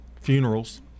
Funerals